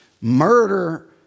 murder